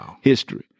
history